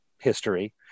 history